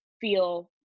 feel